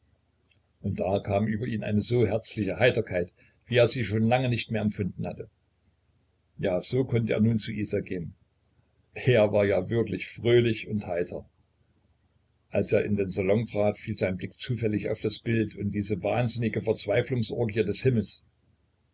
und da kam über ihn eine so herzliche heiterkeit wie er sie schon lange nicht mehr empfunden hatte ja so konnte er nun zu isa gehen er war ja wirklich fröhlich und heiter als er in den salon trat fiel sein blick zufällig auf das bild und diese wahnsinnige verzweiflungsorgie des himmels